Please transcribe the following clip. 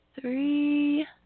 three –